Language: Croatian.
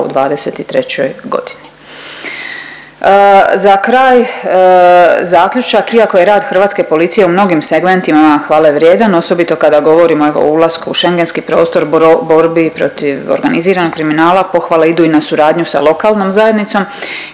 u '23. g. Za kraj, zaključak, iako je rad hrvatske policije u mnogim segmentima hvale vrijedan, osobito kada govorimo o ulasku u Šengenski prostor, borbi protiv organiziranog kriminala, pohvale idu i na suradnju sa lokalnom zajednicom.